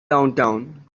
downtown